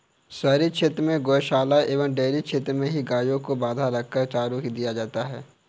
शहरी क्षेत्र में गोशालाओं एवं डेयरी क्षेत्र में ही गायों को बँधा रखकर ही चारा दिया जाता है